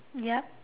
yup